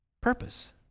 purpose